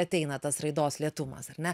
ateina tas raidos lėtumas ar ne